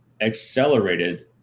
accelerated